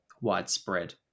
widespread